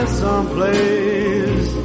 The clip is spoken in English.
someplace